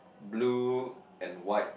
blue and white